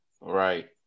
Right